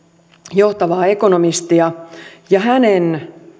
johtavaa ekonomistia ja hänen